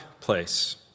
place